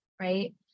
right